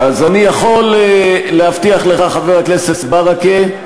אני יכול להבטיח לך, חבר הכנסת ברכה,